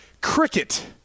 cricket